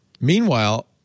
Meanwhile